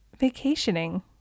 Vacationing